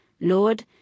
lord